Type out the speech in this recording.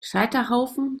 scheiterhaufen